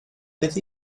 beth